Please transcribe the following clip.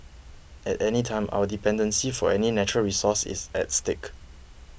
at any time our dependency for any natural resource is at stake